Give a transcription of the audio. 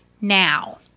now